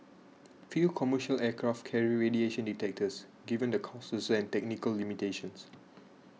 few commercial aircraft carry radiation detectors given the costs and technical limitations